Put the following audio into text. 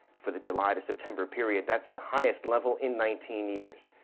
for the july-to-september period, that's the highest level in nineteen years.